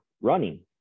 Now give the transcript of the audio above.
running